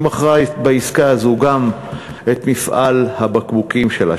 היא מכרה בעסקה הזאת גם את מפעל הבקבוקים שלה,